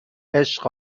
عشق